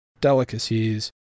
delicacies